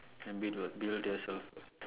then build would build yourself